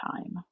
time